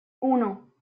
uno